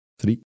three